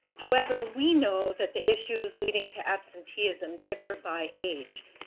however, we know that the issues leading to absenteeism differ by age,